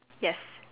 yes